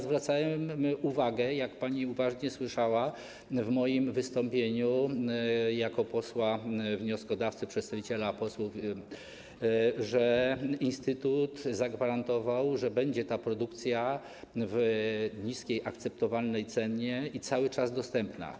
Zwracałem uwagę, jak pani uważnie słyszała, w moim wystąpieniu jako posła wnioskodawcy, przedstawiciela posłów, że instytut zagwarantował, że będzie ta produkcja w niskiej, akceptowalnej cenie i będzie cały czas dostępna.